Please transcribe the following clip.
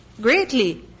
Greatly